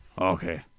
Okay